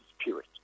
spirit